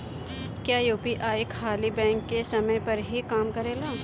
क्या यू.पी.आई खाली बैंक के समय पर ही काम करेला?